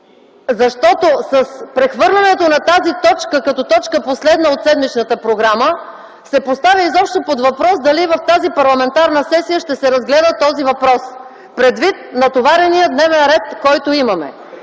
С прехвърлянето на тази точка като точка последна от седмичната програма, се поставя изобщо под въпрос дали в тази парламентарна сесия ще се разгледа този доклад, предвид натоварения дневен ред, който имаме.